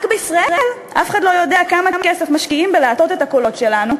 רק בישראל אף אחד לא יודע כמה כסף משקיעים בלהטות את הקולות שלנו,